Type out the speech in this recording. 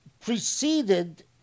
preceded